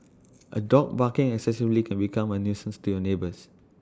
A dog barking excessively can become A nuisance to your neighbours